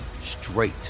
straight